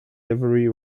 livery